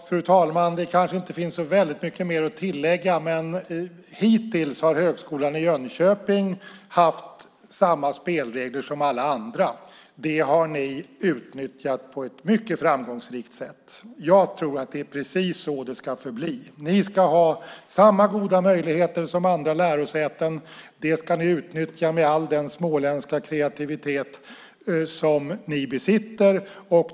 Fru talman! Det kanske inte finns så mycket mer att tillägga. Hittills har Högskolan i Jönköping haft samma spelregler som alla andra. Det har ni utnyttjat på ett mycket framgångsrikt sätt. Jag tror att det är precis så det ska förbli. Ni ska ha samma goda möjligheter som andra lärosäten. Det ska ni utnyttja med all den småländska kreativitet som ni besitter.